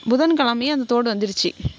புதன் கிழமையே அந்த தோடு வந்துருச்சு